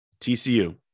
TCU